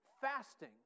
fasting